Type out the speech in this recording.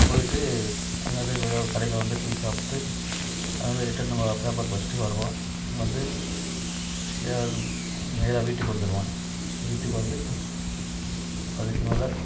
போயிவிட்டு அங்கே இருக்கிற கடையில் வந்து டீ சாப்பிட்டு அதை ரிட்டர்ன் பேப்பர் படிச்சிவிட்டு வருவேன் வந்து நேராக வீட்டுக்கு வந்துவிடுவேன் வீட்டுக்கு வந்து அதுக்கு மேலே